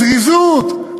הזריזות,